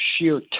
sheer